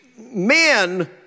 men